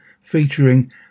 featuring